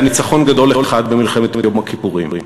היה ניצחון גדול אחד במלחמת יום הכיפורים: